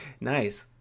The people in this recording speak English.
Nice